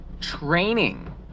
training